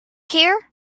here